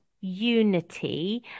unity